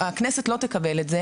הכנסת לא תקבל את זה,